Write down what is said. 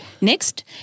Next